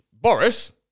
Boris